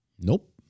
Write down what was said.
Nope